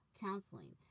counseling